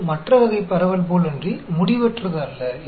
இது மற்ற வகை பரவல் போலன்றி முடிவற்றது அல்ல